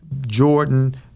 Jordan